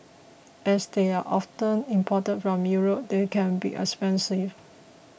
as they are often imported from Europe they can be expensive